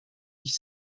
ich